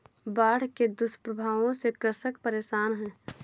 बाढ़ के दुष्प्रभावों से कृषक परेशान है